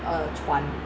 on a 船